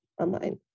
online